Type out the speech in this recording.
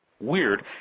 weird